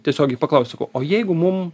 tiesiogiai paklaus sakau o jeigu mum